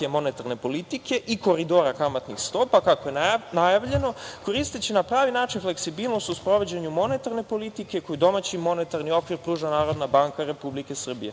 politike i koridora kamatnih stopa, kako je najavljeno, koristeći na pravi način fleksibilnost u sprovođenju monetarne politike koji domaći monetarni okvir pruža Narodna banka Republike Srbije.U